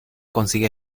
consigue